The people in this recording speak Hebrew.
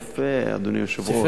יפה, אדוני היושב-ראש.